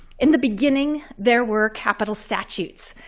in the beginning, there were capital statutes.